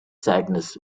sadness